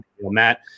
matt